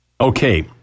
Okay